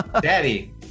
Daddy